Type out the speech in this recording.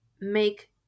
make